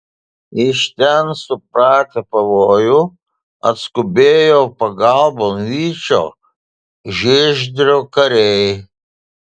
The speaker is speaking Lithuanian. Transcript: iš ten supratę pavojų atskubėjo pagalbon vyčio žiezdrio kariai